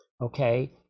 okay